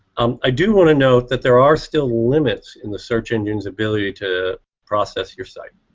um i do wanna note that there are still limits in the search engine's ability to process your site.